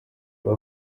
aba